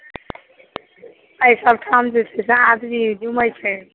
एहि सभठाम जे छै से सभ आदमी घुमए छैक